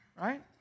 Right